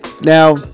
Now